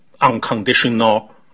unconditional